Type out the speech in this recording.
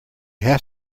have